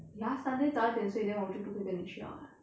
ya sunday 早一点睡 then 我就不可以跟你去 [what]